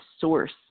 source